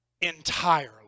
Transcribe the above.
entirely